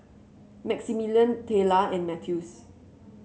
Maximillian Tayla and Mathews